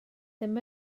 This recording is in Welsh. ddim